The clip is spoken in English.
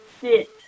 sit